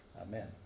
Amen